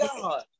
God